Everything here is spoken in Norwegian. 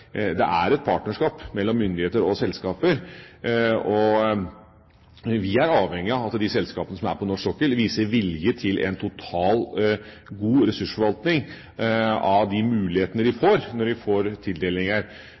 det er et partnerskap mellom myndigheter og selskaper, og vi er avhengige av at de selskapene som er på norsk sokkel, viser vilje til en total god ressursforvaltning av de mulighetene vi får, når vi får tildelinger.